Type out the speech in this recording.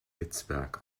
netzwerk